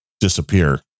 disappear